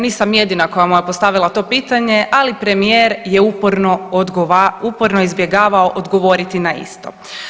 Nisam jedina koja mu je postavila to pitanje, ali premijer je uporno izbjegavao odgovoriti na isto.